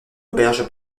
auberge